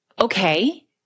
okay